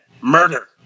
Murder